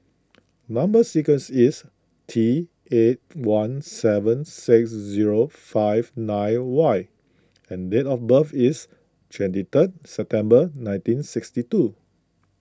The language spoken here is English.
Number Sequence is T eight one seven six zero five nine Y and date of birth is twenty third September nineteen sixty two